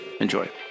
Enjoy